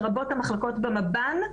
לרבות המחלקות במב"ן.